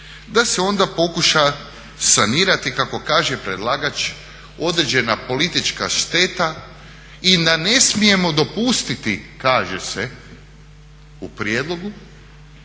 da se onda pokuša sanirati kako kaže predlagač određena politička šteta i da ne smijemo dopustiti kaže se u prijedlogu